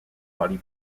body